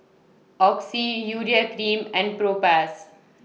Oxy Urea Cream and Propass